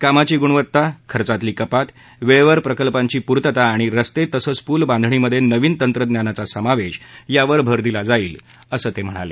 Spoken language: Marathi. कामाची गुणवत्ता खर्चातील कपात वेळेवर प्रकल्पांची पूर्तता आणि रस्ते तसंच पूल बांधणीमध्ये नवीन तंत्रज्ञानाचा समावेश यावर भर दिला जाईल असं त्यांनी सांगितलं